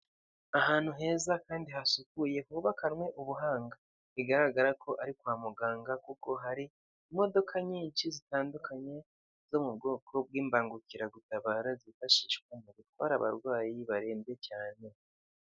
Ahantu heza kandi hasukuye hubakanwe ubuhanga, bigaragara ko ari kwa muganga kuko hari imodoka nyinshi zitandukanye zo mu bwoko bw'imbangukiragutabara zifashishwa mu gutwara abarwayi barembye cyane.